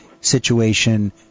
situation